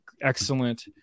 excellent